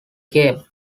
game